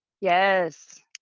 Yes